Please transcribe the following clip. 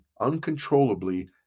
uncontrollably